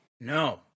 No